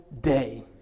day